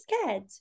scared